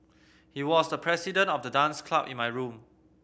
he was the president of the dance club in my room